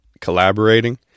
collaborating